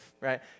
right